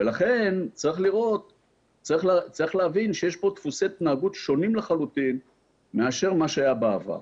לכן צריך להבין שיש פה דפוסי התנהגות שונים לחלוטין מאשר מה שהיה בעבר.